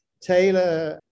Taylor